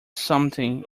something